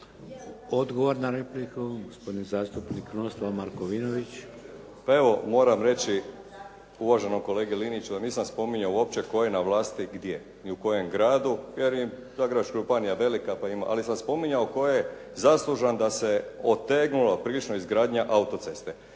Odgovor na repliku gospodin zastupnik Krunoslav Markovinović. **Markovinović, Krunoslav (HDZ)** Pa evo moram reći uvaženom kolegi Liniću da nisam spominjao uopće tko je na vlasti gdje ni u kojem gradu jer Zagrebačka županija je velika pa ima, ali sam spominjao tko je zaslužan da se otegnula prilično izgradnja auto-ceste